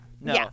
No